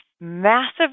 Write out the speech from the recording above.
massive